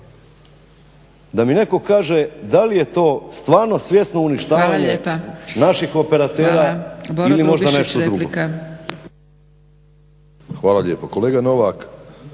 da mi netko kaže, da li je to stvarno svjesno uništavanje naših operatera ili možda nešto drugo. **Zgrebec, Dragica